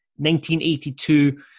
1982